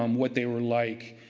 um what they were like,